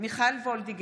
מיכל וולדיגר,